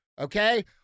Okay